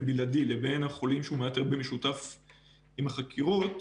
בלעדי לבין החולים שהוא מאתר במשותף עם החקירות